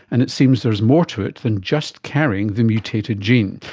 and it seems there's more to it than just carrying the mutated gene.